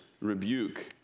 rebuke